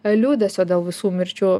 liūdesio dėl visų mirčių